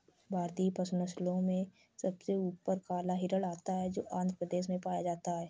भारतीय पशु नस्लों में सबसे ऊपर काला हिरण आता है जो आंध्र प्रदेश में पाया जाता है